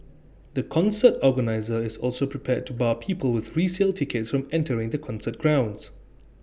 the concert organiser is also prepared to bar people with resale tickets from entering the concert grounds